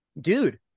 dude